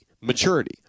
maturity